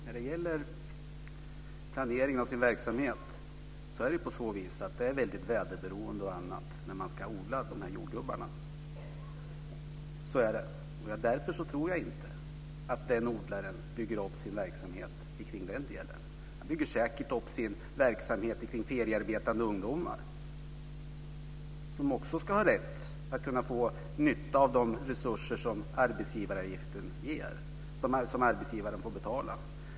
Fru talman! När det gäller planeringen av verksamheten måste man komma ihåg att man är väldigt väderberoende när man ska odla de här jordgubbarna. Så är det. Därför tror jag inte att den odlaren bygger upp sin verksamhet kring den delen. Han bygger säkert upp sin verksamhet kring feriearbetande ungdomar som också ska ha rätt att få nytta av de resurser som den arbetsgivaravgift ger som arbetsgivaren får betala.